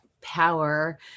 power